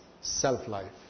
self-life